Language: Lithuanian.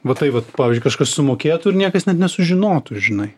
va tai vat pavyzdžiui kažkas sumokėtų ir niekas net nesužinotų žinai